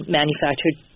manufactured